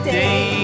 day